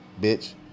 bitch